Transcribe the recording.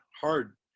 hard